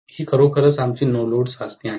ही खरोखरच आमची no load चाचणी आहे